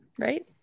right